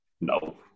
no